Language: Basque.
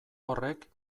horrek